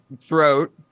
throat